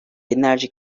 binlerce